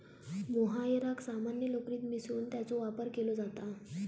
मोहायराक सामान्य लोकरीत मिसळून त्याचो वापर केलो जाता